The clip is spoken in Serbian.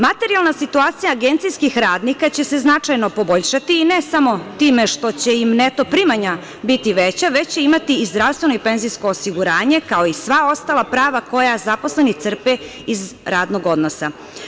Materijalna situacija agencijskih radnika će se značajno poboljšati i ne samo time što će im neto primanja biti veća, već će imati i zdravstveno i penzijsko osiguranje, kao i sva ostala prava koja zaposleni crpe iz radnog odnosa.